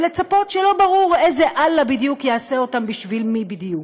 ולצפות שלא ברור איזה אללה בדיוק יעשה אותם בשביל מי בדיוק.